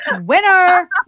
Winner